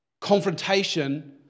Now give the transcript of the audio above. confrontation